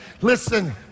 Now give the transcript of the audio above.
listen